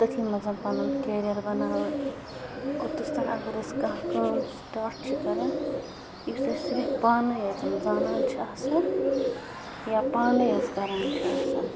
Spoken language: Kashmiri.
تٔتھی منٛز پَنُن کیریَر بَناوان اوٚتَس تام اگر أسۍ کانٛہہ کٲم سِٹاٹ چھِ کَران یُس أسۍ صِرف پانٕے یٲژَن زانان چھِ آسان یا پانَے یٲژ کَران چھِ آسان